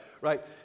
right